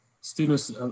students